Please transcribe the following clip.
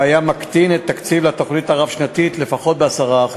והיה מקטין את התקציב לתוכנית הרב-שנתית לפחות ב-10%.